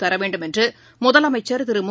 தரவேண்டும் என்றுமுதலமைச்சர் திருமு